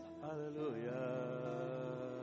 Hallelujah